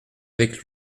avec